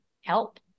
help